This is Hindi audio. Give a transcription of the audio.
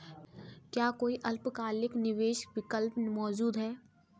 क्या कोई अल्पकालिक निवेश विकल्प मौजूद है?